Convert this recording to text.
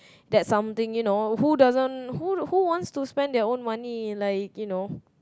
that something you know who doesn't who who want to spend their own money like you know